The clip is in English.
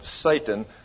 Satan